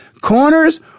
Corners